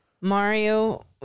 Mario